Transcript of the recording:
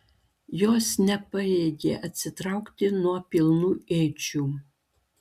jos nepajėgė atsitraukti nuo pilnų ėdžių